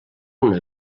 una